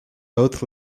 both